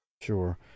Sure